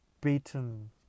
beaten